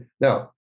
now